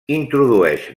introdueix